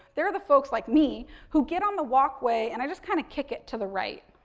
they're the folks like me who get on the walkway and i just kind of kick it to the right,